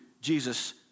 Jesus